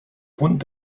grund